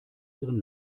ihren